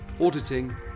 auditing